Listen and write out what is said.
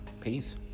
Peace